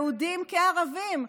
יהודים כערבים.